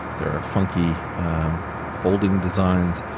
there are funky um folding designs.